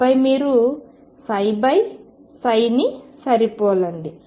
ఆపై మీరు ని సరిపోలండి